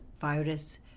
virus